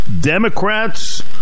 Democrats